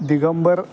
Digambar